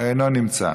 אינו נמצא,